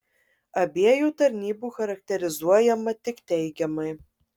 abiejų tarnybų charakterizuojama tik teigiamai